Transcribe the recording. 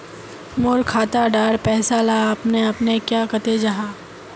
मोर खाता डार पैसा ला अपने अपने क्याँ कते जहा?